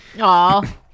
Aw